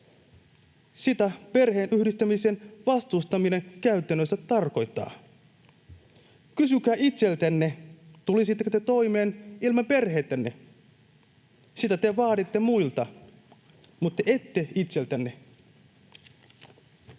Sitä perheenyhdistämisen vastustaminen käytännössä tarkoittaa. Kysykää itseltänne: tulisitteko te toimeen ilman perhettänne? Sitä te vaaditte muilta, mutta ette itseltänne.